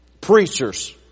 preacher's